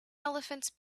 elephants